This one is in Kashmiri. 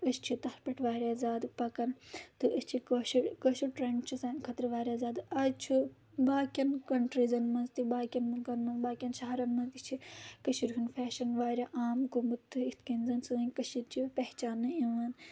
أسۍ چھِ تَتھ پؠٹھ واریاہ زیادٕ پَکَان تہٕ أسۍ چھِ کٲشِر کٲشُر ٹرٛؠنٛڈ چھِ سانہِ خٲطرٕ واریاہ زیادٕ اَز چھُ باقیَن کَنٹریٖزَن منٛز تہِ باقیَن مُلکَن منٛز باقین شَہرَن منٛز تہِ چھِ کٔشیٖر ہُنٛد فیشَن واریاہ عام گوٚمُت تہٕ اِتھ کٔنۍ زَن سٲنۍ کٔشیٖر چھِ پہچان یِوان